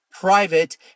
private